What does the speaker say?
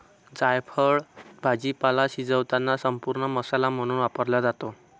जायफळ भाजीपाला शिजवताना संपूर्ण मसाला म्हणून वापरला जातो